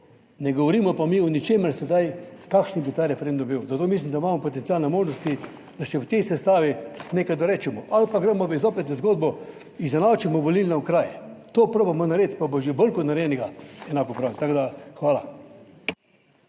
Ne govorimo pa mi o ničemer sedaj, kakšen bi ta referendum bil, zato mislim, da imamo potencialne možnosti, da še v tej sestavi nekaj dorečemo ali pa gremo zopet v zgodbo, izenačimo volilne okraje, to probamo narediti, pa bo že veliko narejenega enako prav. Tako, da hvala.